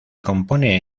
compone